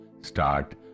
start